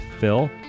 phil